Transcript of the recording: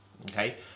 Okay